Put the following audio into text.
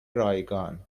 رایگان